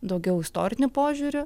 daugiau istoriniu požiūriu